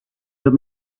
but